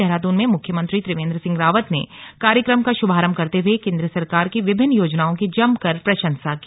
देहरादून में मुख्यमंत्री त्रिवेंद्र सिंह रावत ने कार्यक्रम का श्भारंभ करते हुए केन्द्र सरकार की विभिन्न योजनाओं की जमकर प्रशंसा की